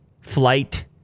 flight